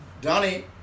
Donnie